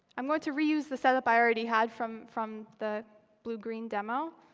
i'm going to reuse the setup i already had from from the blue green demo.